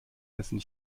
dessen